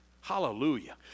Hallelujah